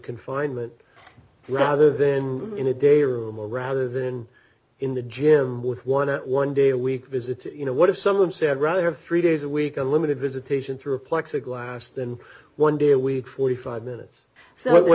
confinement rather then in a day or rather than in the gym with one at one day a week visit to you know what if some of them said rather have three days a week a limited visitation through plexiglass than one day a week forty five minutes so what